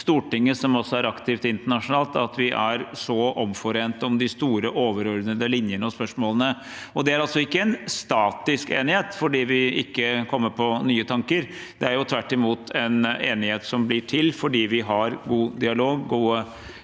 Stortinget, som er aktivt internasjonalt – at vi er så omforente om de store, overordnede linjene og spørsmålene. Det er ikke en statisk enighet fordi vi ikke kommer på nye tanker, det er tvert imot en enighet som blir til fordi vi har god dialog og gode